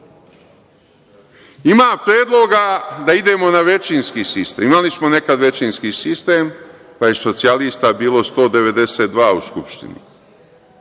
predloga da idemo na većinski sistem. Imali smo nekada većinski sistem, pa je socijalista bilo 192 u Skupštini.